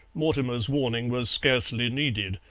mortimer's warning was scarcely needed,